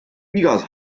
igas